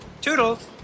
Toodles